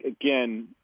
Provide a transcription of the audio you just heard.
again